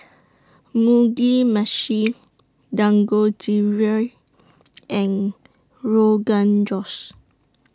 Mugi Meshi Dangojiru and Rogan Josh